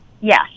Yes